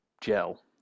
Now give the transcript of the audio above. gel